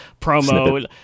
promo